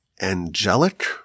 angelic